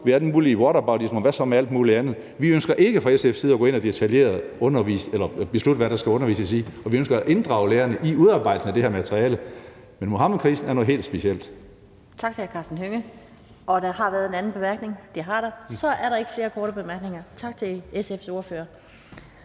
af alt mulig whataboutism, hvor man spørger: Hvad så med alt mulig andet? Vi ønsker ikke fra SF's side at gå ind og beslutte, hvad der skal undervises i, og vi ønsker at inddrage lærerne i udarbejdelsen af det her materiale. Men Muhammedkrisen er noget helt specielt.